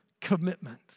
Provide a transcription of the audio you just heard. commitment